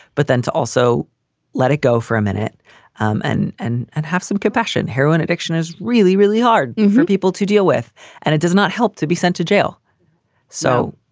but then to also let it go for a minute and and and have some compassion. heroin addiction is really, really hard for people to deal with and it does not help to be sent to jail so.